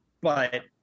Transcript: But-